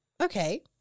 Okay